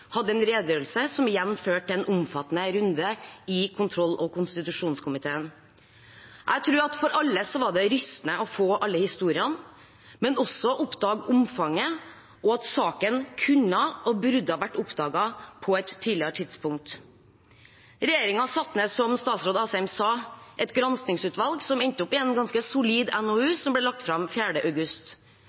hadde en redegjørelse, som igjen førte til en omfattende runde i kontroll- og konstitusjonskomiteen. Jeg tror det var rystende for alle å få alle historiene, men også å oppdage omfanget og at saken kunne og burde vært oppdaget på et tidligere tidspunkt. Regjeringen satte ned, som statsråd Asheim sa, et granskingsutvalg, som endte opp i en ganske solid NOU, som ble lagt fram 4. august.